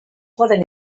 poden